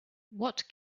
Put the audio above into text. what